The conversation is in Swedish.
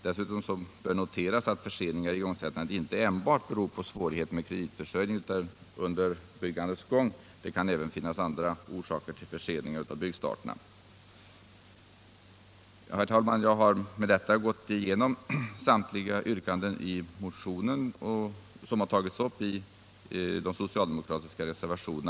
Dessutom bör noteras att förseningar i igångsättandet inte enbart beror på svårigheter med kreditförsörjningen under byggandets gång. Det kan även finnas andra orsaker till förseningar av byggstarterna. Herr talman! Jag har nu gått igenom samtliga yrkanden i motionen och behandlat samtliga reservationer.